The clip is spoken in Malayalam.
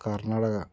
കർണ്ണാടക